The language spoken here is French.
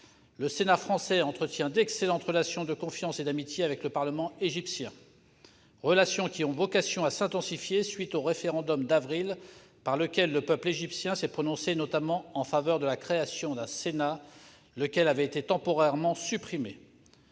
Le Sénat français entretient d'excellentes relations de confiance et d'amitié avec le Parlement égyptien, relations qui ont vocation à s'intensifier à la suite du référendum d'avril, par lequel le peuple égyptien s'est prononcé, notamment, en faveur de la création d'un Sénat, lequel avait été temporairement supprimé.